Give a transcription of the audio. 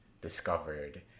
discovered